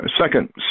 second